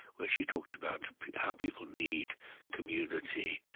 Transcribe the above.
where she talked about how people need community,